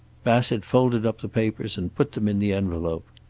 bassett folded up the papers and put them in the envelope.